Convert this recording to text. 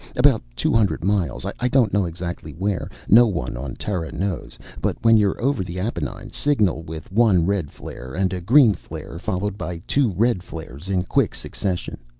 about two hundred miles. i don't know exactly where. no one on terra knows. but when you're over the appenine, signal with one red flare and a green flare, followed by two red flares in quick succession.